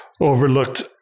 Overlooked